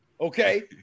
Okay